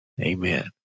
Amen